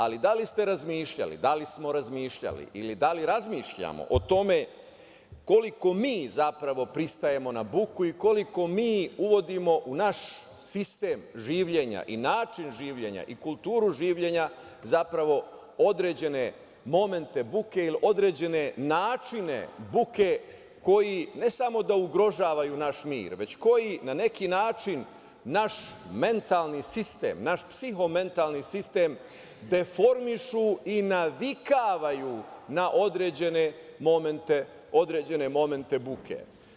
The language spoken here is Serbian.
Ali, da li ste razmišljali, da li smo razmišljali ili da li razmišljamo o tome koliko mi zapravo pristajemo na buku i koliko mi uvodimo u naš sistem življenja i način življenja i kulturu življenja, zapravo određene momente buke ili određene načine buke koji ne samo da ugrožavaju naš mir, već koji na neki način naš mentalni sistem, naš psihomentalni sistem deformišu i navikavaju na određene momente buke?